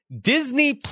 Disney